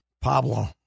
pablo